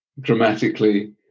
dramatically